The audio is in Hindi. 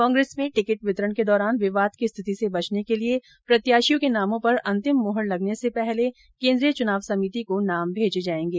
कांग्रेस मैं टिकिट वितरण के दौरान विवाद की स्थिति से बचने के लिये प्रत्याशियों के नामों पर अंतिम मोहर लगने से पहले केन्द्रीय चुनाव समिति को नाम भेजे जायेंगे